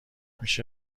میشه